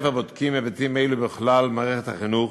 בודקים היבטים אלו בכלל מערכת החינוך.